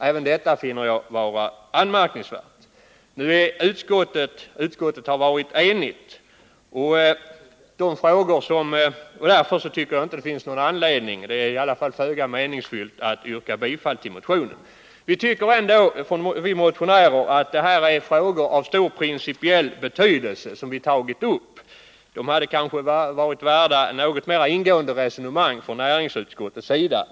Även detta finner jag anmärkningsvärt. Näringsutskottet är enigt, och därför är det föga meningsfyllt att yrka bifall till motionen. Vi motionärer tycker ändå att dessa frågor har så stor principiell betydelse att de borde ha varit värda ett mera ingående resonemang från utskottets sida.